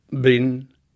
bin